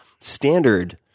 standard